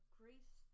grace